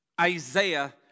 Isaiah